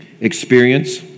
experience